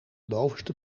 bovenste